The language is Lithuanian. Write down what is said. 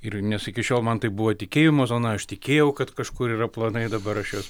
ir nes iki šiol man tai buvo tikėjimo zona aš tikėjau kad kažkur yra planai dabar aš juos